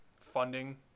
funding